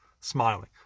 smiling